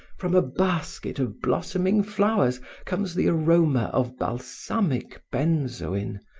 from a basket of blossoming flowers comes the aroma of balsamic benzoin,